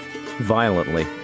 violently